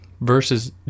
versus